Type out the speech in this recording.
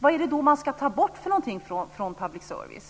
Vad är det då man ska ta bort från public service?